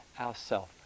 ourself